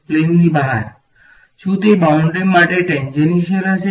પ્લેનની બહાર શું તે બાઉંડ્રી માટે ટેંજેંશીયલ હશે